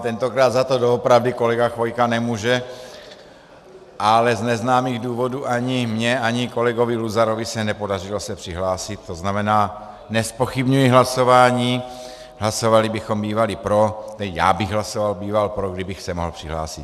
Tentokrát za to doopravdy kolega Chvojka nemůže, ale z neznámých důvodů se ani mně, ani kolegovi Luzarovi nepodařilo se přihlásit, to znamená, nezpochybňuji hlasování, hlasovali bychom bývali pro, tedy já bych býval hlasoval pro, kdybych se mohl přihlásit.